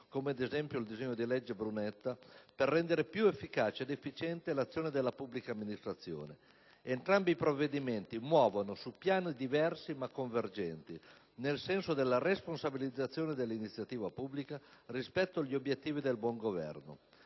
come, ad esempio, il «disegno di legge Brunetta» - per rendere più efficace ed efficiente l'azione della pubblica amministrazione. Entrambi i provvedimenti muovono su piani diversi ma convergenti, nel senso della responsabilizzazione dell'iniziativa pubblica rispetto agli obiettivi del buon governo.